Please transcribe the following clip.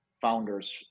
founders